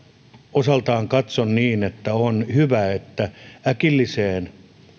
osaltaan katson että on hyvä että äkillisessä